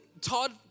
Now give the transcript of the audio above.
Todd